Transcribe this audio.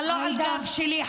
אבל לא על הגב שלי,